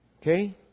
Okay